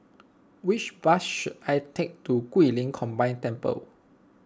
which bus should I take to Guilin Combined Temple